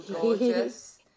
gorgeous